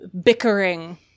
bickering